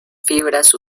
fibras